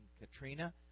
Katrina